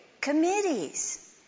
committees